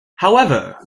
however